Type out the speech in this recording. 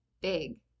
big